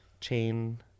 Chain